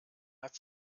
hat